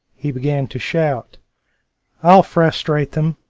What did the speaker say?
he began to shout i'll frustrate them!